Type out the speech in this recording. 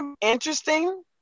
interesting